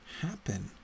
happen